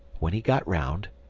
when he got round,